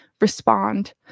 respond